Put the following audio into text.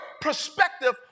perspective